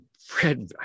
Fred